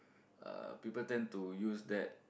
uh people tend to use that